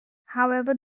however